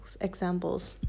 examples